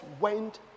went